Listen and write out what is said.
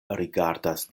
rigardas